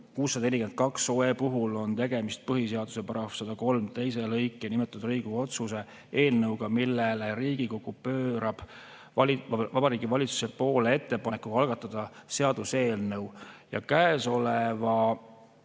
642 puhul on tegemist põhiseaduse § 103 teises lõikes nimetatud Riigikogu otsuse eelnõuga, milles Riigikogu pöördub Vabariigi Valitsuse poole ettepanekuga algatada seaduseelnõu. Ja käesolevat